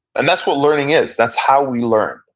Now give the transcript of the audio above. and that's what learning is, that's how we learn.